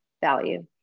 value